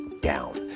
down